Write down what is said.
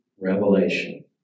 revelation